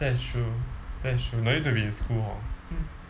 that's true that's true no need to be in school hor